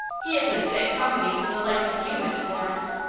he isn't fit company for the likes of you, miss florence.